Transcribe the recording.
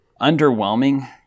underwhelming